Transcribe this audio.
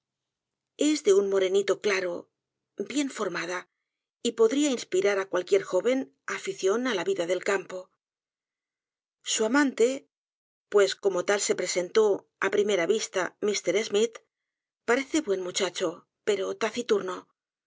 es de un morenito claro bien formada y podria inspirará cualquier joven afición á la vida del campo su amante pues como tal se presentó á primera vista m schmidt parece buen muchacho pero taciturno